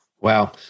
Wow